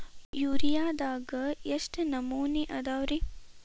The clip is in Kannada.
ಯೂರಿಯಾದಾಗ ಎಷ್ಟ ನಮೂನಿ ಅದಾವ್ರೇ?